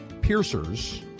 piercers